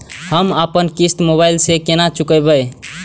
हम अपन किस्त मोबाइल से केना चूकेब?